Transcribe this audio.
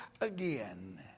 again